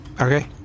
Okay